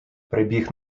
прибіг